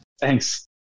Thanks